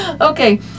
Okay